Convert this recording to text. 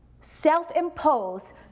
Self-impose